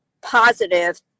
positive